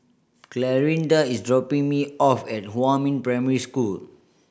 Clarinda is dropping me off at Huamin Primary School